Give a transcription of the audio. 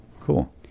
cool